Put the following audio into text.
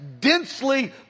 densely